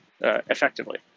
effectively